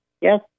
Yes